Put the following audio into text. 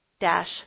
dash